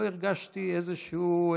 לא הרגשתי משהו,